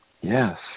yes